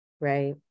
right